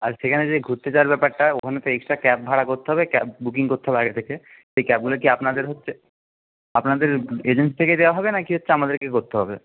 আর সেখানে যে ঘুরতে যাওয়ার ব্যাপারটা ওখানে তো এক্সট্রা ক্যাব ভাড়া করতে হবে ক্যাব বুকিং করতে হবে আগে থেকে সেই ক্যাবগুলো কি আপনাদের হচ্ছে আপনাদের এজেন্সি থেকেই দেওয়া হবে নাকি হচ্ছে আমাদেরকেই করতে হবে